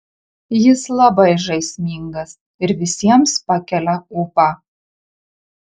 jis labai žaismingas ir visiems pakelia ūpą